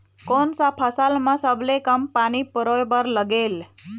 कोन सा फसल मा सबले कम पानी परोए बर लगेल?